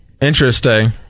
Interesting